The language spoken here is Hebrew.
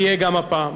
יהיה גם הפעם.